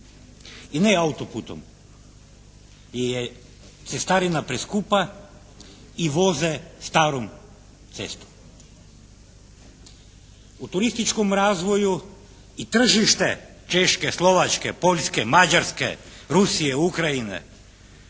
i ne autoputom, jer je cestarina preskupa i voze starom cestom. U turističkom razvoju i tržište Češke, Slovačke, Poljske, Mađarske, Rusije, Ukrajine